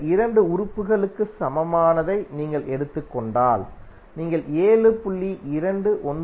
இந்த 2 உறுப்புகளுக்கு சமமானதை நீங்கள் எடுத்துக் கொண்டால் நீங்கள் 7